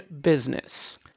business